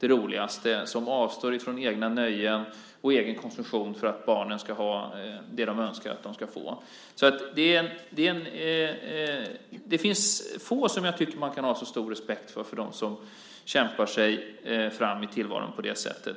roligt arbete och avstår från egna nöjen och egen konsumtion för att barnen ska få det de önskar. Det finns få jag tycker att man kan ha så stor respekt för än de som kämpar sig fram i tillvaron på det sättet.